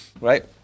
right